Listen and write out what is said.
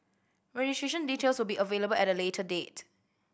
registration details will be available at a later date